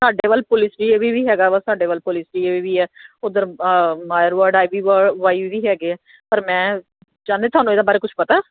ਸਾਡੇ ਵੱਲ police D A V ਵੀ ਹੈਗਾ ਵਾ ਸਾਡੇ ਵੱਲ ਪੁਲਿਸ ਡੀ ਏ ਵੀ ਉੱਧਰ ਮਾਰਵਰਡ ਆਈ ਵੀ ਹੈਗੇ ਆ ਪਰ ਮੈਂ ਚਾਹੁੰਦੀ ਤੁਹਾਨੂੰ ਇਹਦੇ ਬਾਰੇ ਕੁਛ ਪਤਾ